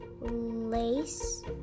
lace